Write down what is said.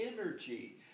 energy